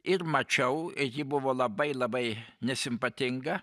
ir mačiau ji buvo labai labai nesimpatinga